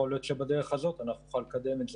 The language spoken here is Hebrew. יכול להיות שבדרך הזאת נוכל לקדם את זה.